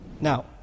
Now